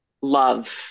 love